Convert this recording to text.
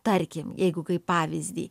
tarkim jeigu kaip pavyzdį